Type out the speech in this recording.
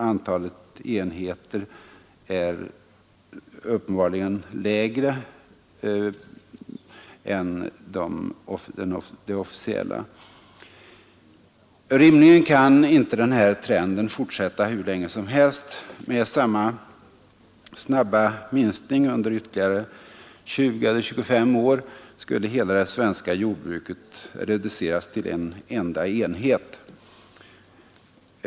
Antalet enheter är i verkligheten lägre än vad som officiellt uppgivits. Rimligen kan denna trend inte fortsätta hur länge som helst. Med samma snabba minskning under ytterligare 20 eller 25 år skulle hela det svenska jordbruket reduceras till en enda enhet.